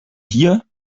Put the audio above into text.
hier